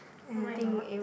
oh-my-god